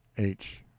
h.